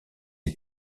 est